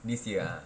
this year ah